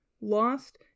lost